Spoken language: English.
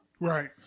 Right